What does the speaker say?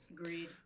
Agreed